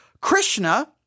Krishna